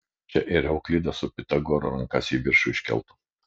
čia ir euklidas su pitagoru rankas į viršų iškeltų